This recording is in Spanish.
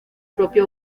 propio